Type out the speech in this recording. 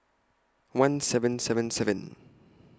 one seven seven seven